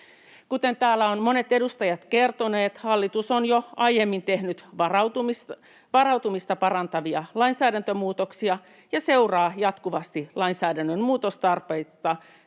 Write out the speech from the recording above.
Kuten täällä ovat monet edustajat kertoneet, hallitus on jo aiemmin tehnyt varautumista parantavia lainsäädäntömuutoksia ja seuraa jatkuvasti lainsäädännön muutostarpeita,